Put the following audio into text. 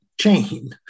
chain